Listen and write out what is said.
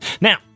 Now